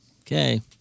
Okay